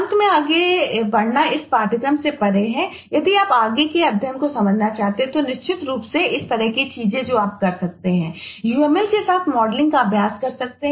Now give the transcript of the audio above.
अंत में आगे बढ़ना इस पाठ्यक्रम से परे है यदि आप आगे के अध्ययन को समझना चाहते हैं तो निश्चित रूप से इस तरह की चीजें जो आप कर सकते हैं uml के साथ मॉडलिंग का अभ्यास कर सकते हैं